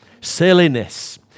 Silliness